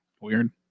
Weird